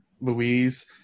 Louise